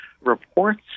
reports